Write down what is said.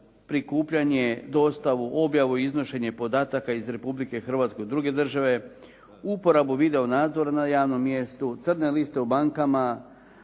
prikupljanje, dostavu, objavu, iznošenje podataka iz Republike Hrvatske u druge države, uporabu video nadzora na javnom mjestu, crne liste u bankama,